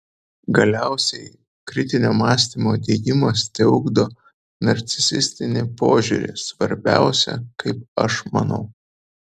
galiausiai kritinio mąstymo diegimas teugdo narcisistinį požiūrį svarbiausia kaip aš manau